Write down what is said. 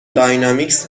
داینامیکس